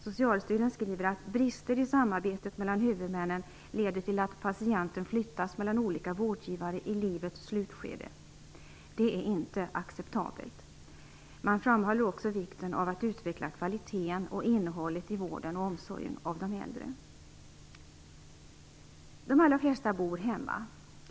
Socialstyrelsen skriver att brister i samarbetet mellan huvudmännen leder till att patienten flyttas mellan olika vårdgivare i livets slutskede. Detta är inte acceptabelt. Man framhåller också vikten av att utveckla kvaliteten och innehållet i vården av och omsorgen om de äldre. De allra flesta äldre bor hemma.